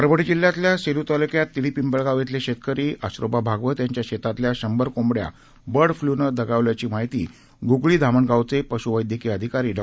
परभणी जिल्ह्यातल्या सेलू तालुक्यात तिडी पिंपळगाव श्वले शेतकरी आश्रोबा भागवत यांच्या शेतातल्या शंभर कोंबड्या बर्डफ्ल्युने दगावल्याची माहिती गुगळी धामणगावचे पशुवैद्यकीय अधिकारी डॉ